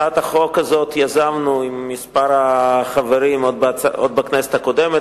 את הצעת החוק הזאת יזמנו עם כמה חברים עוד בכנסת הקודמת.